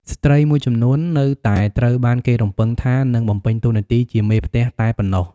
ស្ត្រីមួយចំនួននៅតែត្រូវបានគេរំពឹងថានឹងបំពេញតួនាទីជាមេផ្ទះតែប៉ុណ្ណោះ។